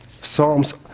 Psalms